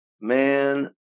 man